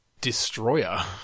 Destroyer